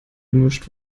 gemischt